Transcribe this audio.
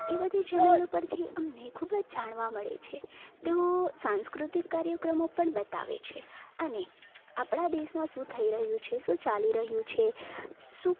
એ બધી ચેનલો પરથી અમણે ખૂબ જ જાણવા મળે છે તેઓ સાંસ્કૃતિક કાર્યક્રમો પણ બતાવે છે અને આપણા દેશમાં શું થઈ રહ્યું છે શું ચાલી રહ્યું છે શું